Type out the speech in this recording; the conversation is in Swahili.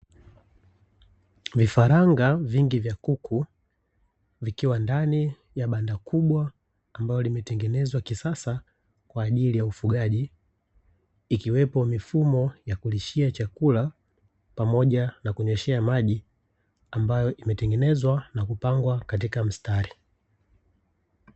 Vifaranga vingi vya kuku vikiwa ndani ya banda kubwa ambalo limetengenezwa kisasa, kwaajili ya ufugaji ikiwepo mifumo ya kulishia chakula pamoja na kunyweshea maji ambayo imetengenezwa na kupangwa katika mstari.